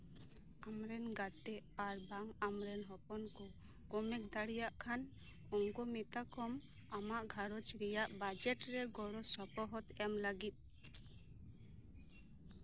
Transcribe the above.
ᱟᱢ ᱨᱮᱱ ᱜᱟᱛᱮ ᱟᱨ ᱵᱟᱝ ᱟᱢᱨᱮᱱ ᱦᱚᱯᱚᱱ ᱠᱚ ᱠᱚᱢᱮᱠ ᱫᱟᱲᱮᱭᱟᱜ ᱠᱷᱟᱱ ᱩᱱᱠᱩ ᱢᱮᱛᱟ ᱠᱚᱢ ᱟᱢᱟᱜ ᱜᱷᱟᱨᱚᱸᱧᱡᱽ ᱨᱮᱭᱟᱜ ᱵᱟᱡᱮᱠᱴ ᱨᱮ ᱜᱚᱲᱚ ᱥᱚᱯᱚᱦᱚᱫ ᱮᱢ ᱞᱟᱹᱜᱤᱫ